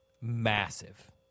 massive